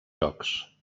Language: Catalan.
jocs